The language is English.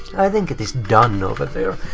i think it is done over there.